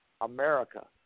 America